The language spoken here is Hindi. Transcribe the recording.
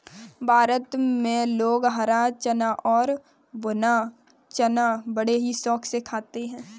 भारत में लोग हरा चना और भुना चना बड़े ही शौक से खाते हैं